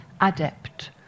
adept